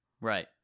Right